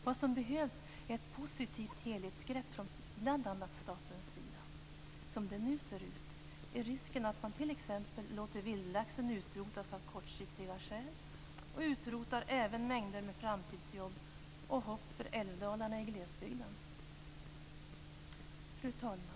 Vad som behövs är ett positivt helhetsgrepp från bl.a. statens sida. Som det nu ser ut är risken att man t.ex. låter vildlaxen utrotas av kortsiktiga skäl, och med det utrotar man även mängder med framtidsjobb och hopp för älvdalarna i glesbygden. Fru talman!